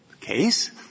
case